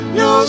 no